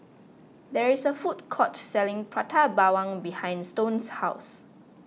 there is a food court selling Prata Bawang behind Stone's house